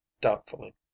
doubtfully